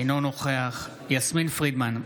אינו נוכח יסמין פרידמן,